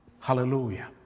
Hallelujah